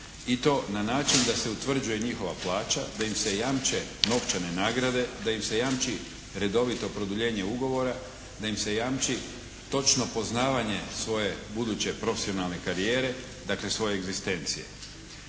i to na način da se utvrđuje njihova plaća. Da im se jamče novčane nagrade. Da im se jamči redovito produljenje ugovora. Da im se jamči točno poznavanje svoje buduće profesionalne karijere dakle svoje egzistencije.